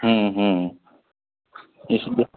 हूं हूं इसमें